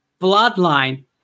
Bloodline